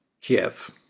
Kiev